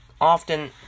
often